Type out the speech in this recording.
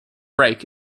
break